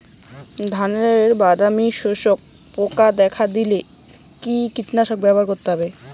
ধানে বাদামি শোষক পোকা দেখা দিলে কি কীটনাশক ব্যবহার করতে হবে?